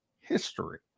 History